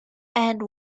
and